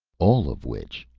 all of which,